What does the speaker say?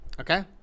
Okay